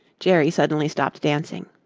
jerry suddenly stopped dancing.